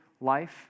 life